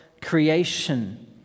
creation